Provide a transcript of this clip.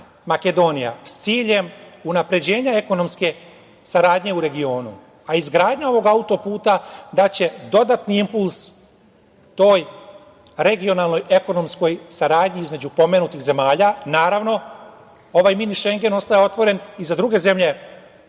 Makedonija, s ciljem unapređenja ekonomske saradnje u regionu. Izgradnja ovog auto-puta daće dodatni impuls toj regionalnoj ekonomskoj saradnji između pomenutih zemalja. Naravno, ovaj Mini Šengen ostaje otvoren i za druge zemlje